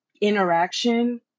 interaction